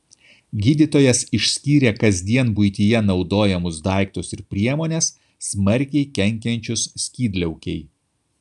gydytojas išskyrė kasdien buityje naudojamus daiktus ir priemones smarkiai kenkiančius skydliaukei